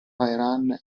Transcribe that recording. vehrehan